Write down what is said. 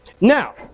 Now